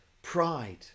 Pride